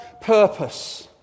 purpose